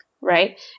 right